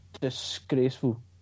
disgraceful